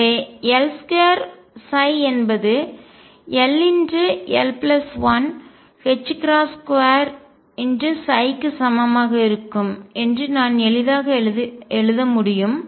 எனவே L2 என்பது ll12 ψ க்கு சமமாக இருக்கும் என்று நான் எளிதாக எழுத முடியும்